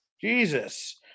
Jesus